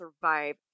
survive